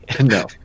no